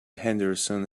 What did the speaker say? henderson